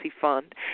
Fund